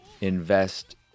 invest